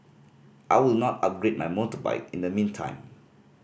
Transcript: I will not upgrade my motorbike in the meantime